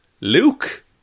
Luke